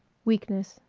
weakness